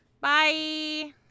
Bye